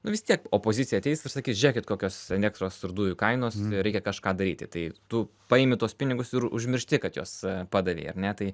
nu vis tiek opozicija ateis ir sakys žėkit kokios elektros dujų kainos reikia kažką daryti tai tu paimi tuos pinigus ir užmiršti kad juos padavei ar ne taip